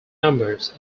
numbers